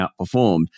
outperformed